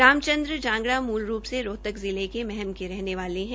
रामचंद्र जांगड़ा मूल रूप से रोहतक जिले के महम के रहने वाले हैं